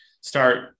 start